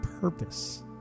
purpose